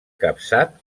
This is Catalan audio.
capçat